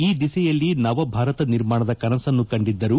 ಈ ದಿಸೆಯಲ್ಲಿ ನವಭಾರತ ನಿರ್ಮಾಣದ ಕನಸನ್ನು ಕಂಡಿದ್ದರು